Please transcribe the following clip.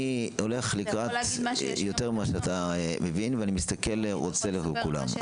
הולך לקראת יותר ממה שאתה מבין ואני רוצה לבוא לקראת כולם.